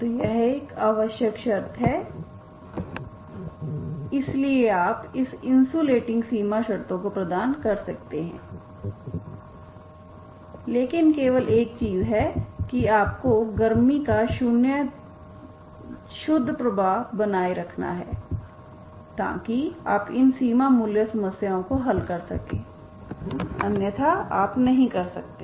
तो यह एक आवश्यक शर्त है इसलिए आप इन इन्सुलेटिंग सीमा शर्तों को प्रदान कर सकते हैं लेकिन केवल एक चीज है कि आपको गर्मी का शून्य शुद्ध प्रवाह बनाए रखना है ताकि आप इन सीमा मूल्य समस्याओं को हल कर सकें अन्यथा आप नहीं कर सकते